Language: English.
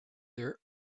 their